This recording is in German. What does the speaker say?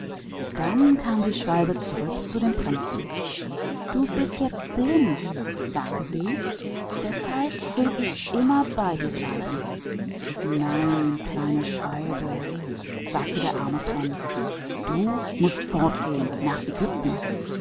darauf kam der vogel zum prinzen zurück nun bist du blind sagte er so will ich immer bei dir bleiben nein kleiner vogel sagte der arme prinz du mußt fort nach ägypten